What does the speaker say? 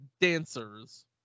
dancers